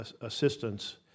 assistance